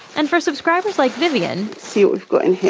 and for subscribers like vivien so who and